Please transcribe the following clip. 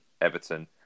Everton